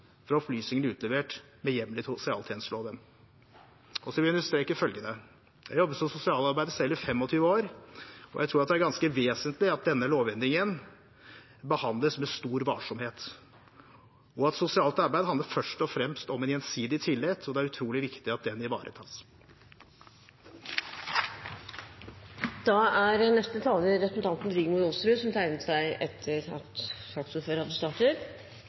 utlevert med hjemmel i sosialtjenesteloven. Så vil jeg understreke følgende: Jeg har selv jobbet som sosialarbeider i 25 år, og jeg tror at det er ganske vesentlig at denne lovendringen behandles med stor varsomhet, og at sosialt arbeid først og fremst handler om en gjensidig tillit, og det er utrolig viktig at den